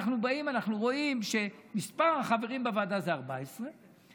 אנחנו באים ואנחנו רואים שמספר החברים בוועדה עומד על 14,